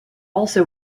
also